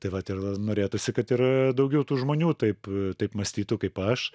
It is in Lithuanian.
tai vat ir norėtųsi kad ir daugiau tų žmonių taip taip mąstytų kaip aš